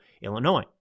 Illinois